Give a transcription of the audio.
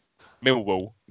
Millwall